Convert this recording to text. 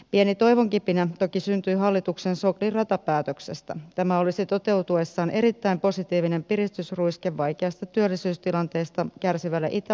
pieni toivonkipinä toki syntyi hallituksen soklin ratapäätöksestä tämä olisi toteutuessaan erittäin positiivinen piristysruiske vaikeasta työllisyystilanteesta kärsivälle itä